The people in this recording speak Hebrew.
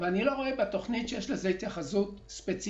אבל אני לא רואה שיש לזה התייחסות ספציפית.